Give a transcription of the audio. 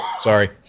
Sorry